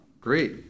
Great